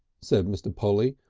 said mr. polly,